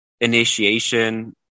initiation